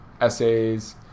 essays